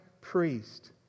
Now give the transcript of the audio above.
priest